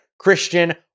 Christian